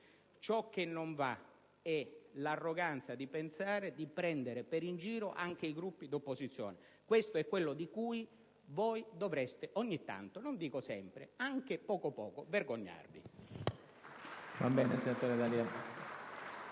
Ciò che non va è l'arroganza di pensare di prendere in giro anche i Gruppi di opposizione: questo è quello di cui voi dovreste ogni tanto - non dico sempre, anche poco poco - vergognarvi.